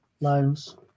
Loans